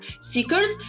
seekers